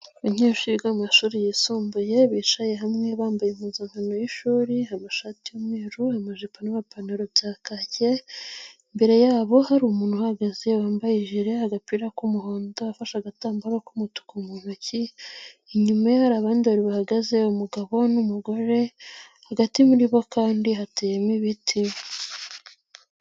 Abanyeshuri biga mu mashuri yisumbuye bicaye hamwe bambaye impunzankano y'ishuri. Amashati y'umweru, amajipo n'ipantaro bya kake. Imbere yabo hari umuntu uhagaze wambaye ijire, agapira k'umuhondo afashe agatambaro k'umutuku mu ntoki. Inyuma ye hari abandi babiri bahagaze umugabo n'umugore hagati muri bo kandi hateyemo ibiti.